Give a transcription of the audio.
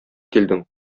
килдең